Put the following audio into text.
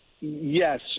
Yes